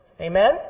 Amen